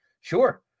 sure